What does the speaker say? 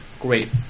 great